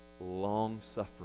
long-suffering